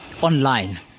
online